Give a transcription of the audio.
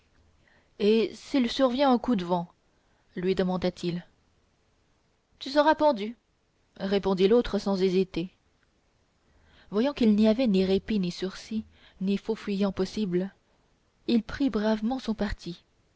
et s'il survient un coup de vent lui demanda-t-il tu seras pendu répondit l'autre sans hésiter voyant qu'il n'y avait ni répit ni sursis ni faux-fuyant possible il prit bravement son parti